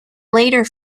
later